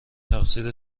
تقصیر